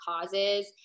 causes